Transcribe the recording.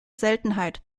seltenheit